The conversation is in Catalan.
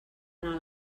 anar